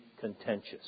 contentious